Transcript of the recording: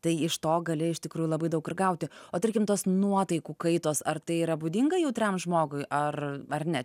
tai iš to gali iš tikrųjų labai daug ir gauti o tarkim tuos nuotaikų kaitos ar tai yra būdinga jautriam žmogui ar ar ne